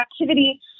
activity